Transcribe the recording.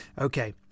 Okay